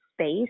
space